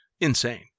insane